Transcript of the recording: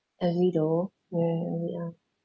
early though ya ya ya wait ah